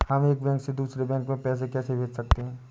हम एक बैंक से दूसरे बैंक में पैसे कैसे भेज सकते हैं?